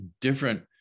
different